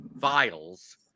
files